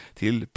till